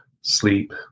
sleep